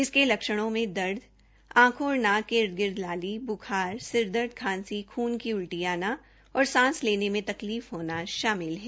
इसके लक्षणों में दर्द आंखों और नाक के ईद गिर्द लाली ब्खार सिरदर्द खांसी खून की उल्टियां आना और सांस लेने में तकलीफ होना शामिल है